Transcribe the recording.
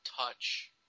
touch